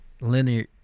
linear